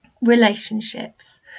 relationships